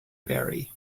berry